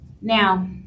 Now